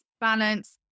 balance